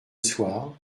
soir